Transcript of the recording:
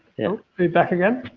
oh, are you back again?